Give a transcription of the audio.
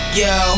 yo